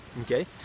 Okay